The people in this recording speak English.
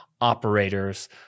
operators